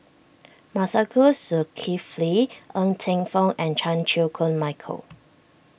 Masagos Zulkifli Ng Teng Fong and Chan Chew Koon Michael